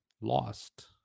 lost